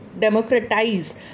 democratize